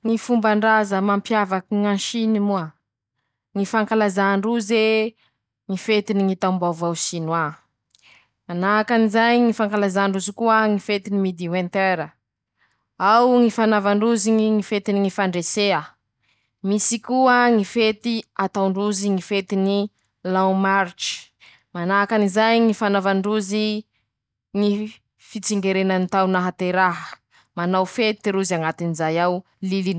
ñy fombanbaza mampiavaka ña Siny moa: ñy fankalazà ndroze ñy fetiny taombaovao Sinoa, manahakan'izay ñy fankalazà ndrozy koa ñy fetiny midiouenteur, ao ñy fanaova ndrozy ñy fetiny ñy fandresea, misy koa ñy fety atao ndroze ñy fetiny Lamartsy, manahakan'izay ñy fanaova ndrozy, ñy fintsingerenany ñy tao nateraha, manao fety rozy añatin'izay ao.